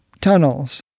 tunnels